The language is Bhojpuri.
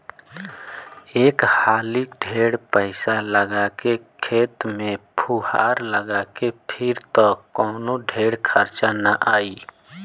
एक हाली ढेर पईसा लगा के खेत में फुहार लगा के फिर त कवनो ढेर खर्चा ना आई